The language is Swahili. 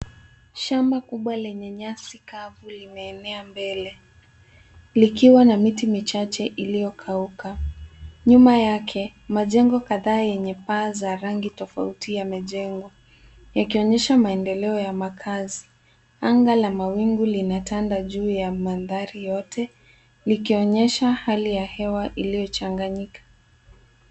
Shamba kubwa lenye nyasi kavu limeenea likiwa na miti michache iliokauka. Nyuma yake majengo kadhaa yenye paa za rangi tofauti yamejengwa yakionyesha maendeleo ya makazi. Anga la mawingu linatanda juu ya mandhari yote likionyesha hali ya hewa iliochanganyika.